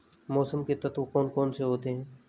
मौसम के तत्व कौन कौन से होते हैं?